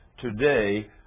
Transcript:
Today